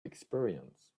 experience